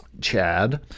Chad